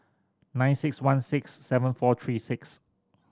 nine six one six seven four three six